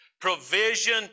Provision